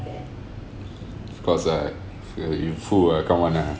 course ah come on lah